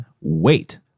wait